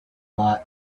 lot